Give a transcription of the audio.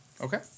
Okay